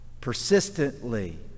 persistently